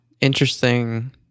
Interesting